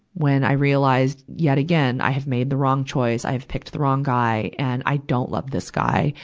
when i realized, yet again, i have made the wrong choice. i have picked the wrong guy. and i don't love this guy.